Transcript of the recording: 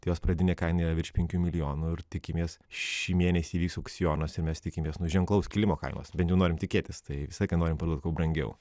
jos pradinė kaina yra virš penkių milijonų ir tikimės šį mėnesį įvyks aukcionas ir mes tikimės nu ženklaus kilimo kainos bent jau norim tikėtis tai visą laiką norim parduoti kuo brangiau